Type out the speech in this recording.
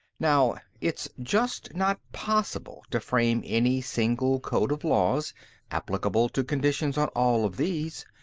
now, it's just not possible to frame any single code of laws applicable to conditions on all of these.